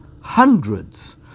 hundreds